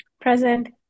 Present